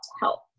help